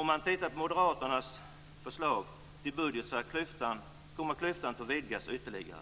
Om man tittar på Moderaternas förslag till budget ser man att klyftan kommer att vidgas ytterligare.